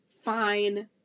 fine